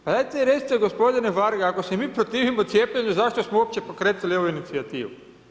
Pa dajte mi recite gospodine Varga, ako se mi protivimo cijepljenu, zašto smo uopće pokretali ovu inicijativu?